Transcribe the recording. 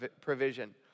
provision